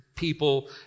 people